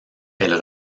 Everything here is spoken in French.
elles